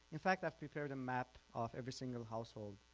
in fact i've prepared a map of every single household.